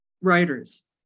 writers